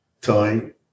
time